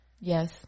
Yes